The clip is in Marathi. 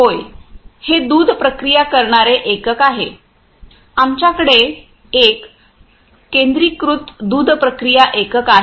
होय हे दुध प्रक्रिया करणारे एकक आहे आमच्याकडे एक केंद्रीकृत दूध प्रक्रिया एकक आहे